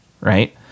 right